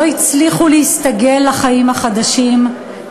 לא הצליחו להסתגל לחיים החדשים,